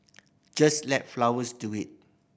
just let flowers do it